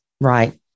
Right